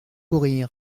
courir